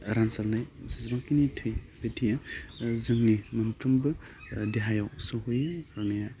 रानसारनाय जेसेबांखिनि थै बे थैया जोंनि मोनफ्रोमबो देहायाव सौहैयो